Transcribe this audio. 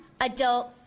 adult